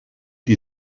die